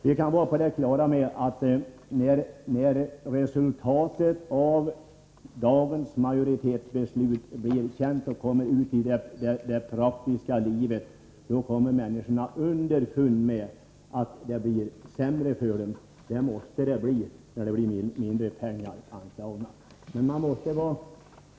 Vi skall vara på det klara med att människorna, när resultatet av dagens majoritetsbeslut blir känt och skall tillämpas i det praktiska livet, kommer underfund med att det blivit en försämring — för så måste det ju bli när mindre pengar anslås.